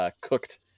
cooked